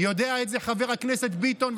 יודע את זה חבר הכנסת ביטון,